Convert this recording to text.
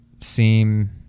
seem